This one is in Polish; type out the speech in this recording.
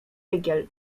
rygiel